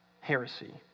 heresy